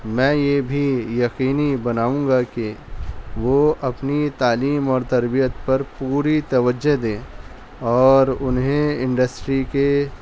میں یہ بھی یقینی بناؤں گا کہ وہ اپنی تعلیم اور تربیت پر پوری توجہ دیں اور انہیں انڈسٹری کے